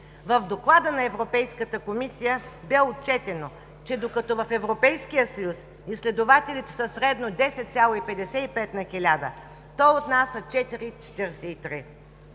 В доклада на Европейската комисия бе отчетено, че докато в Европейския съюз изследователите са средно 10,55 на хиляда, то у нас са 4,43.